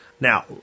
Now